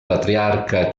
patriarca